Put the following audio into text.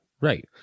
Right